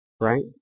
Right